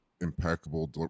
impeccable